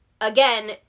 again